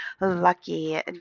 Lucky